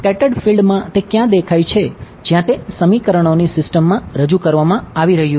scattered માં તે ક્યાં દેખાય છે જ્યાં તે સમીકરણોની સિસ્ટમમાં રજૂ કરવામાં આવી રહ્યું છે